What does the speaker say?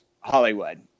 Hollywood